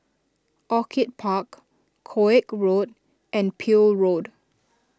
Orchid Park Koek Road and Peel Road